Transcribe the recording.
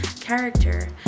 character